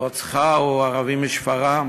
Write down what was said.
רוצחה הוא ערבי מאעבלין.